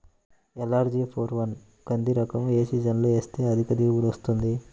LRG four one కంది రకం ఏ సీజన్లో వేస్తె అధిక దిగుబడి వస్తుంది?